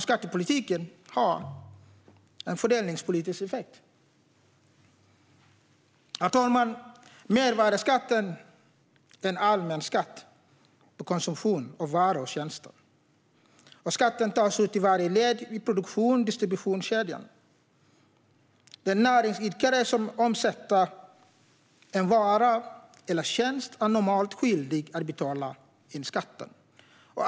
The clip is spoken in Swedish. Skattepolitiken har alltså en fördelningspolitisk effekt. Herr talman! Mervärdesskatten är en allmän skatt på konsumtion av varor och tjänster. Skatten tas ut i varje led i produktions och distributionskedjan. Den näringsidkare som omsätter en vara eller en tjänst är normalt skyldig att betala skatt.